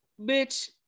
bitch